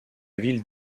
ville